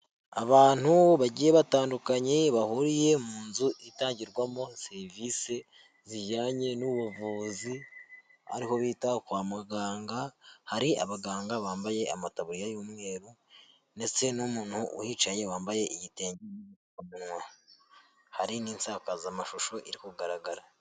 Abantu bagiye batandukanye bahuriye mu nzu itangirwamo serivisi zijyanye n'ubuvuzi, ariho bita kwa muganga, hari abaganga bambaye amataburiya y'umweru ndetse n'umuntu uhicaye wambaye igitenge n'agapfukamunwa. Hari n'insakazamashusho iri kugaragara.